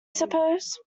suppose